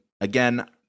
Again